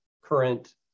current